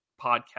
podcast